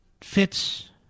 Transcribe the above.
fits